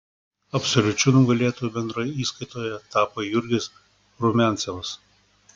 absoliučiu nugalėtoju bendroje įskaitoje tapo jurgis rumiancevas